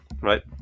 Right